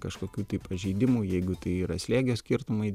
kažkokių pažeidimų jeigu tai yra slėgio skirtumai